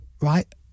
right